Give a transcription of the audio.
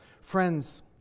Friends